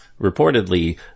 reportedly